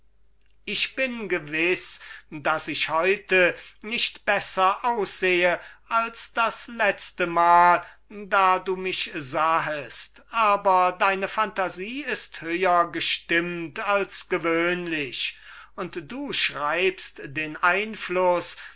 ich bin gewiß daß ich heute nicht besser aussehe als das letztemal da du mich sahest aber deine phantasie ist höher gestimmt als gewöhnlich und du schreibst den einfluß